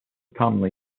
commonly